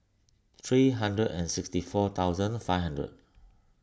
three hundred and sixty four thousand five hundred